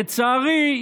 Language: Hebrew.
לצערי,